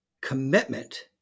commitment